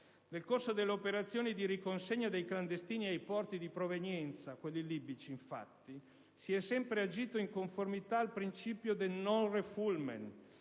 Nel corso delle operazioni di riconsegna dei clandestini nei porti di provenienza, quelli libici appunto, si è sempre agito in conformità con il principio del *non-refoulement*,